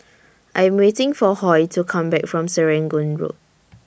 I Am waiting For Hoy to Come Back from Serangoon Road